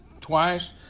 twice